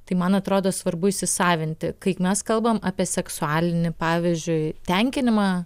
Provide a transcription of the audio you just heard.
tai man atrodo svarbu įsisavinti kaip mes kalbam apie seksualinį pavyzdžiui tenkinimą